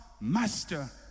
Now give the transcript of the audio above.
master